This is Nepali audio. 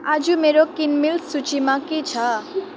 आज मेरो किनमेल सूचीमा के छ